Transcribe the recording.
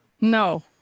no